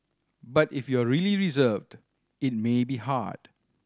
but if you are really reserved it may be hard